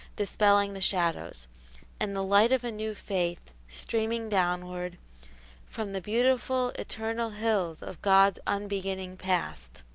dispelling the shadows and the light of a new faith, streaming downward from the beautiful, eternal hills of god's unbeginning past,